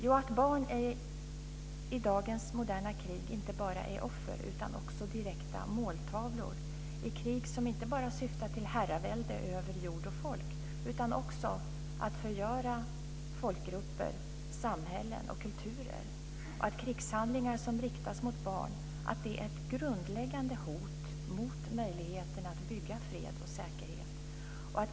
Jo, att barn i dagens moderna krig inte bara är offer utan också direkta måltavlor i krig som inte bara syftar till herravälde över jord och folk utan också till att förgöra folkgrupper, samhällen och kulturer. Krigshandlingar som riktas mot barn är ett grundläggande hot mot möjligheterna att bygga fred och säkerhet.